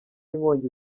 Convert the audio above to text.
inkongi